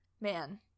Man